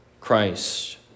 Christ